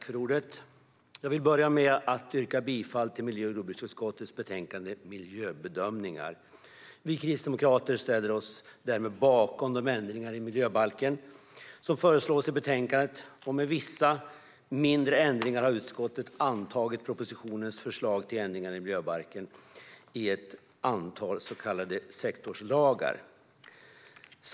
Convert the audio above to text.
Fru talman! Jag vill börja med att yrka bifall till förslaget i miljö och jordbruksutskottets betänkande Miljöbedömningar . Vi kristdemokrater ställer oss därmed bakom de ändringar i miljöbalken som föreslås i betänkandet. Med vissa mindre ändringar har utskottet antagit propositionens förslag till ändringar i miljöbalken i ett antal så kallade sektorslagar.